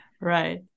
Right